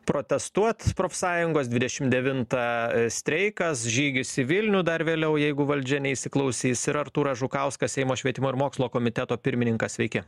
protestuot profsąjungos dvidešim devintą streikas žygis į vilnių dar vėliau jeigu valdžia neįsiklausys ir artūras žukauskas seimo švietimo ir mokslo komiteto pirmininkas sveiki